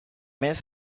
miss